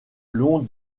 long